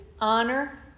honor